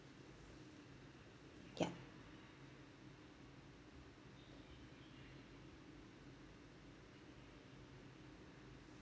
yup